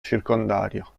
circondario